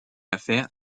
affaire